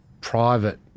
private